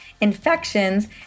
infections